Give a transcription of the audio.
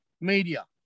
Media